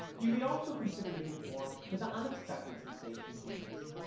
you may also consider giving form to the unexpected sensations you miss.